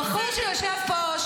הבחור שיושב פה,